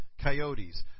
coyotes